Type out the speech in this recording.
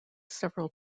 several